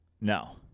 No